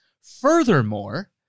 Furthermore